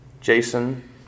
Jason